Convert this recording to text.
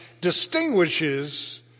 distinguishes